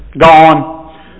gone